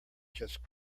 just